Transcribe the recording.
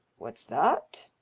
what's that?